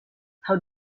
how